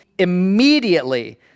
immediately